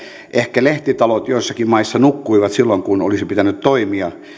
ehkä lehtitalot joissakin maissa nukkuivat silloin kun olisi pitänyt toimia